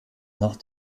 noch